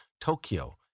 Tokyo